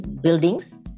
buildings